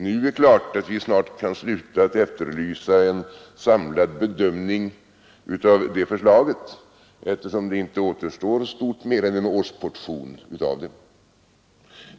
Det är klart att vi snart kan sluta att efterlysa en samlad bedömning av det förslaget, eftersom det inte återstår stort mer än en årsportion av det.